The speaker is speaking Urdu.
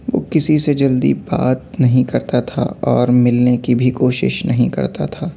وہ کسی سے جلدی بات نہیں کرتا تھا اور ملنے کی بھی کوشش نہیں کرتا تھا